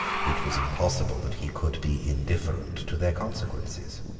it was impossible that he could be indifferent to their consequences.